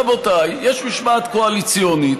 רבותיי, יש משמעת קואליציונית,